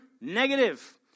negative